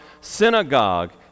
synagogue